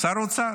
שר האוצר.